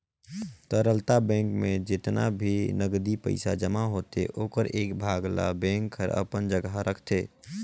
तरलता बेंक में जेतना भी नगदी पइसा जमा होथे ओखर एक भाग ल बेंक हर अपन जघा राखतें